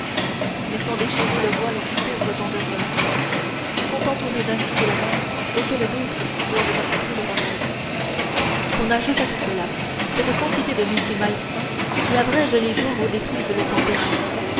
mais sans déchirer le voile qui couvre tant d'horreurs contentons-nous d'indiquer le mal auquel d'autres doivent apporter le remède qu'on ajoute à tout cela cette quantité de métiers malsains qui abrègent les jours ou détruisent le tempérament